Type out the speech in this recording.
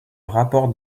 rapport